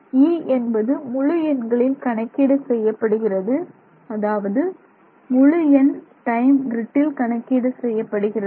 E என்பது முழு எண்களில் கணக்கீடு செய்யப்படுகிறது அதாவது முழு எண் டைம் க்ரிட்டில் கணக்கீடு செய்யப்படுகிறது